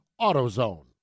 AutoZone